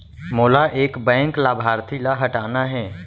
मोला एक बैंक लाभार्थी ल हटाना हे?